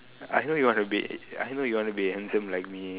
I know you want to be I know you want to be handsome like me